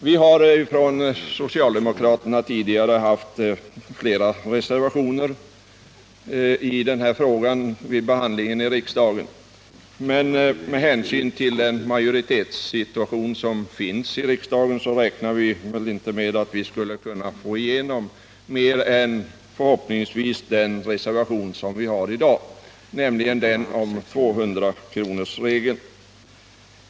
Vi har från socialdemokraterna tidigare haft flera reservationer i den här frågan vid behandlingen i riksdagen, men med hänsyn till den majoritetssi 43 tuation som finns har vi väl inte räknat med att få igenom mer än förhoppningsvis den reservation som vi har i dag, nämligen den om 200 kronorsregeln.